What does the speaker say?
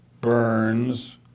Burns